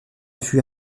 fut